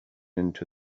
into